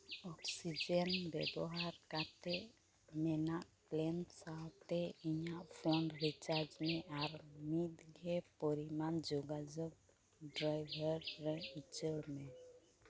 oxygen ᱵᱮᱵᱚᱦᱟᱨ ᱠᱟᱛᱮᱫ ᱢᱮᱱᱟᱜ ᱯᱞᱮᱱ ᱥᱟᱶᱛᱮ ᱤᱧᱟᱹᱜ ᱯᱷᱳᱱ ᱨᱤᱪᱟᱨᱡᱽ ᱢᱮ ᱟᱨ ᱢᱤᱫᱜᱮ ᱯᱚᱨᱤᱢᱟᱱ ᱡᱳᱜᱟᱡᱳᱜᱽ ᱰᱨᱟᱭᱵᱷᱟᱨ ᱨᱮ ᱩᱪᱟᱹᱲ ᱢᱮ